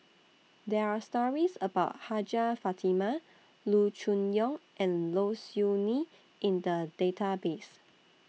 There Are stories about Hajjah Fatimah Loo Choon Yong and Low Siew Nghee in The Database